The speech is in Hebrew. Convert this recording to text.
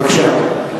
בבקשה.